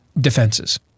defenses